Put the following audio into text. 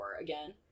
again